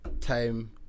time